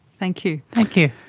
thank you. thank you.